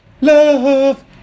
love